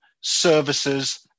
services